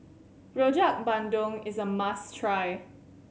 Rojak Bandung is a must try